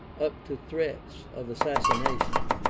up to threats of assassination.